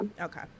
okay